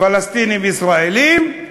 פלסטינים וישראלים,